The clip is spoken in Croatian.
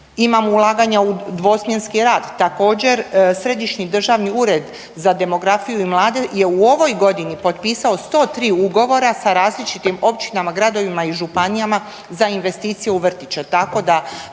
Imamo ulaganja u dvosmjenski rad. Također središnji državni ured za demografiju i mlade je u ovoj godini potpisao 103 ugovora sa različitim općinama, gradovima i županijama za investicije u vrtiće